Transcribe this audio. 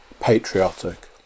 patriotic